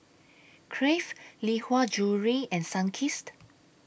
Crave Lee Hwa Jewellery and Sunkist